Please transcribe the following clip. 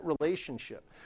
relationship